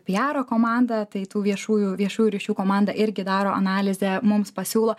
pijaro komanda tai tų viešųjų viešųjų ryšių komanda irgi daro analizę mums pasiūlo